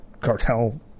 cartel